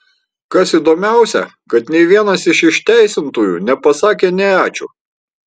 kas įdomiausią kad nei vienas iš išteisintųjų nepasakė nei ačiū